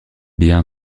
bien